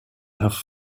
have